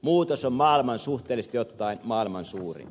muutos on suhteellisesti ottaen maailman suurin